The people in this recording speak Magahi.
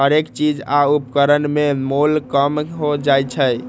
हरेक चीज आ उपकरण में मोल कम हो जाइ छै